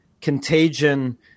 contagion